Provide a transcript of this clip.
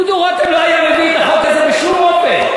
דודו רותם לא היה מביא את החוק הזה בשום אופן.